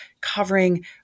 covering